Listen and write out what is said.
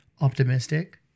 optimistic